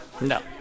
No